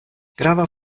grava